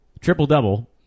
Triple-double